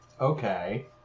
Okay